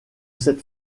cette